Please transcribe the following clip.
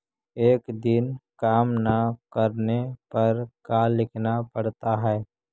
एक दिन काम न करने पर का लिखना पड़ता है?